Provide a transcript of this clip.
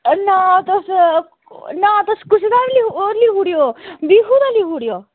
एह नांऽ तुस नांऽ तुस कुसै दा बी लिखी ओड़ेओ विजय दा लिखी ओड़ेओ